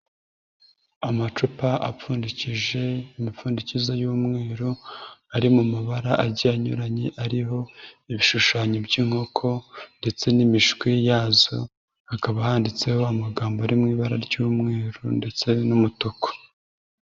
Amacupa apfundikije imipfundikizo y'umweru, ari mu mabara agiye anyuranye ariho ibishushanyo by'inkoko ndetse n'imishwi yazo, hakaba handitseho amagambo ari mu ibara ry'umweru ndetse n'umutuku.